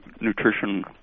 nutrition